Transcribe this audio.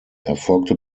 erfolgte